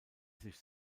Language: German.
sich